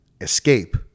escape